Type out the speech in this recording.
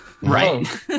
Right